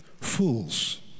fools